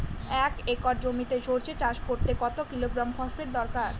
এক একর জমিতে সরষে চাষ করতে কত কিলোগ্রাম ফসফেট দরকার?